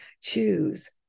choose